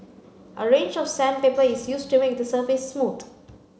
a range of sandpaper is used to make the surface smooth